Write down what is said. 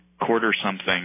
quarter-something